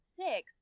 six